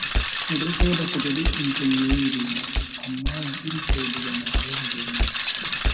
Mido sooda kuje duddum tomi yehi lumo, amma mi buri sodugo marori be nyebbam.